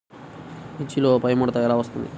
మిర్చిలో పైముడత ఎలా వస్తుంది?